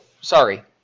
sorry